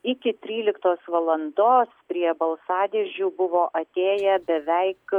iki tryliktos valandos prie balsadėžių buvo atėję beveik